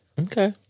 Okay